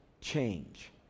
change